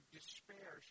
despair